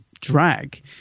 drag